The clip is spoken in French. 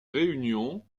réunions